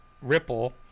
Ripple